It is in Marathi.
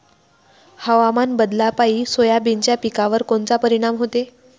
हवामान बदलापायी सोयाबीनच्या पिकावर कोनचा परिणाम होते?